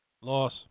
Loss